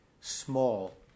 small